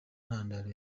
ntandaro